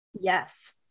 Yes